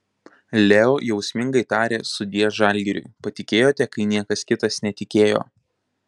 leo jausmingai tarė sudie žalgiriui patikėjote kai niekas kitas netikėjo